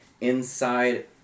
Inside